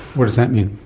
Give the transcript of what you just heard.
what does that mean?